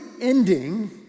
ending